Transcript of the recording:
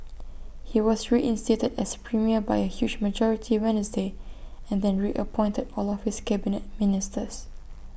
he was reinstated as premier by A huge majority Wednesday and then reappointed all of his Cabinet Ministers